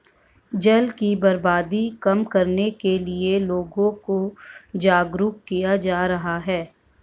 जल की बर्बादी कम करने के लिए लोगों को जागरुक किया जा रहा है